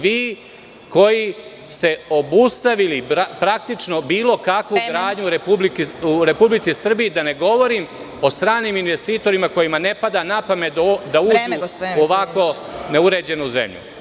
Vi, koji ste obustavili bilo kakvu gradnju u Republici Srbiji, a da ne govorim o stranim investitorima kojima ne pada na pamet da ulažu u ovako neuređenu zemlju.